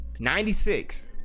96